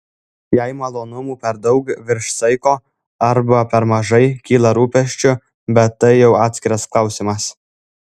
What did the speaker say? jei malonumų per daug virš saiko arba per mažai kyla rūpesčių bet tai jau atskiras klausimas